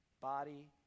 body